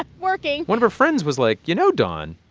ah working one of her friends was like, you know, dawn,